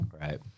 Right